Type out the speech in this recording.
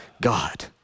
God